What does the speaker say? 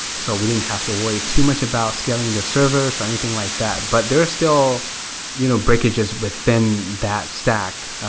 so we didn't have to worry too much about scaling the servers or anything like that, but there is still you know breakages within that stack.